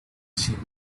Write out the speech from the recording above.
sinto